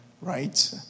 right